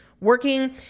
working